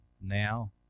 now